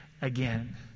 again